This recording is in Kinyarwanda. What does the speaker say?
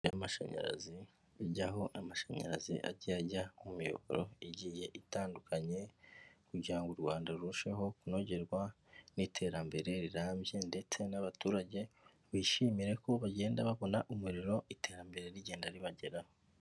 Amashanyarazi ajya aho amashanyarazi ajya ajya mu miyoboro igiye itandukanye, kugira ngo u Rwanda rurusheho kunogerwa n'iterambere rirambye ndetse n'abaturage bishimire ko bagenda babona umuriro iterambere rigenda ribageraho.